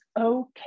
okay